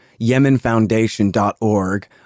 YemenFoundation.org